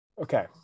Okay